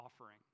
offering